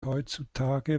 heutzutage